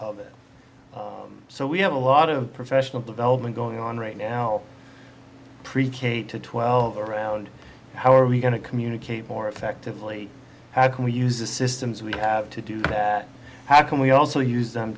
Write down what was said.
so we have a lot of professional development going on right now pre k to twelve around how are we going to communicate more effectively how can we use the systems we have to do that how can we also use them